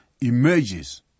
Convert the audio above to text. emerges